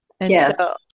Yes